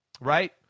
right –